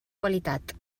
qualitat